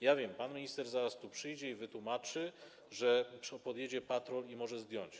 Ja wiem, pan minister zaraz tu przyjdzie i wytłumaczy, że np. podjedzie patrol i może zdjąć.